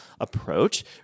approach